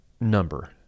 number